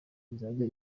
izajya